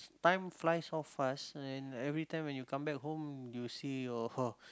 time flies so fast and every time when you come back home you see your